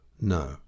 No